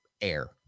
air